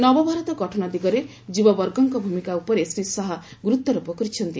ନବଭାରତ ଗଠନ ଦିଗରେ ଯୁବବର୍ଗଙ୍କ ଭୂମିକା ଉପରେ ଶ୍ରୀ ଶାହା ଗୁରୁତ୍ୱାରୋପ କରିଛନ୍ତି